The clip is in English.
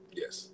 yes